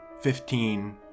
Fifteen